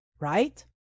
right